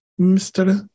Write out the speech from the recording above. Mr